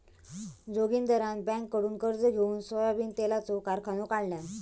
जोगिंदरान बँककडुन कर्ज घेउन सोयाबीन तेलाचो कारखानो काढल्यान